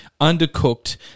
undercooked